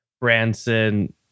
Branson